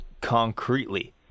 concretely